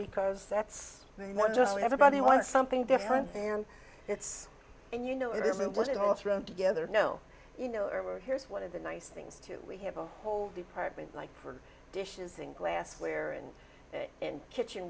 because that's what everybody wants something different and it's and you know it wasn't all thrown together no you know here's one of the nice things too we have a department like for dishes and glassware and and